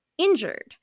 injured